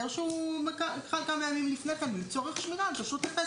שהוא חל כמה ימים לפני כן לצורך שמירה על כשרות הפסח.